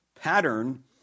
pattern